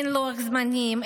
אין לוח זמנים,